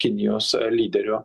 kinijos lyderio